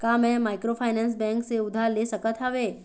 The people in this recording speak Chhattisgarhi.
का मैं माइक्रोफाइनेंस बैंक से उधार ले सकत हावे?